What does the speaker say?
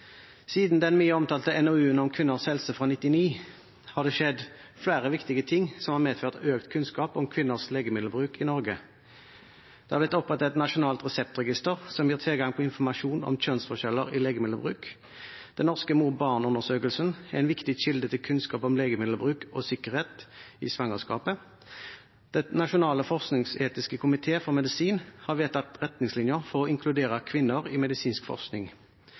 Siden den mye omtalte NOU-en om kvinners helse fra 1999 har det skjedd flere viktige ting som har medført økt kunnskap om kvinners legemiddelbruk i Norge: Det har blitt opprettet et nasjonalt reseptregister, som gir tilgang på informasjon om kjønnsforskjeller i legemiddelbruk. Den norske mor–barn-undersøkelsen er en viktig kilde til kunnskap om legemiddelbruk og sikkerhet i svangerskapet. Den nasjonale forskningsetiske komité for medisin har vedtatt retningslinjer for å inkludere kvinner i medisinsk forskning.